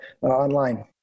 online